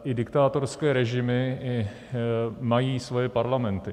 I diktátorské režimy mají svoje parlamenty.